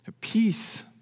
Peace